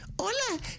hola